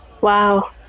Wow